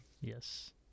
Yes